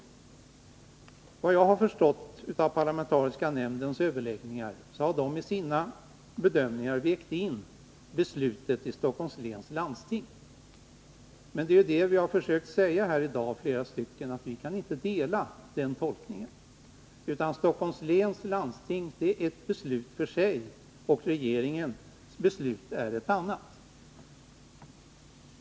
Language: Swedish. Enligt vad jag har förstått har den parlamentariska nämnden vid sina överläggningar vägt in beslutet i Stockholms läns landsting. Men vi har ju försökt säga här i dag att vi inte kan instämma i den tolkningen, utan att vi anser att Stockholms läns landstings beslut är ett beslut för sig och att regeringens beslut är ett annat.